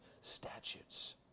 statutes